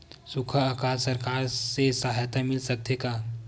सुखा अकाल सरकार से सहायता मिल सकथे का?